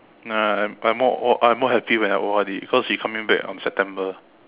no no I'm I'm more I'm more happy when I O_R_D because she coming back on September